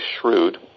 shrewd